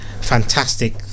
fantastic